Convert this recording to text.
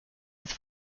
with